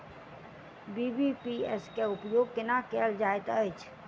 BBPS केँ उपयोग केना कएल जाइत अछि?